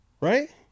right